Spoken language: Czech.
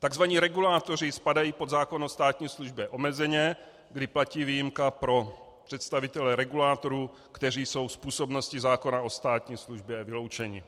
Takzvaní regulátoři spadají pod zákon o státní službě omezeně, kdy platí výjimka pro představitele regulátorů, kteří jsou z působnosti zákona o státní službě vyloučeni.